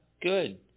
Good